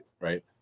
right